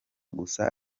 gusa